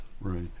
Right